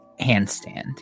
handstand